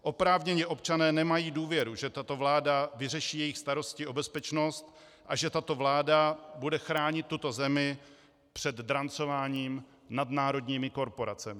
Oprávněně občané nemají důvěru, že tato vláda vyřeší jejich starosti o bezpečnost a že tato vláda bude chránit tuto zemi před drancováním nadnárodními korporacemi.